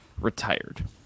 retired